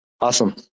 awesome